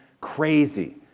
crazy